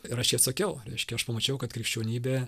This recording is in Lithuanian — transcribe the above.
ir aš jį atsakiau reiškia aš pamačiau kad krikščionybė